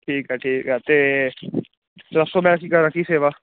ਠੀਕ ਹੈ ਠੀਕ ਹੈ ਅਤੇ ਦੱਸੋ ਮੈਂ ਕੀ ਕਰਾਂ ਕੀ ਸੇਵਾ